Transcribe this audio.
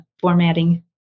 formatting